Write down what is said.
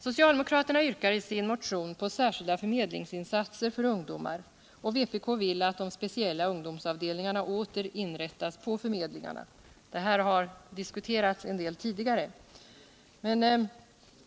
Socialdemokraterna yrkar i sin motion på särskilda förmedlingsinsatser för ungdomar, och vpk vill att de speciella ungdomsavdelningarna åter inrättas på förmedlingarna; det här har diskuterats en del tidigare i dag.